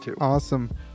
Awesome